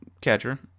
catcher